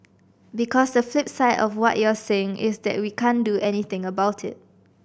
because the flip side of what you're saying is that we can't do anything about it